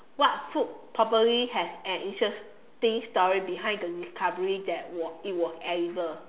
what food probably has an interesting story behind the discovery that was it was edible